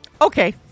Okay